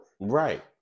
Right